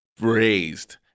raised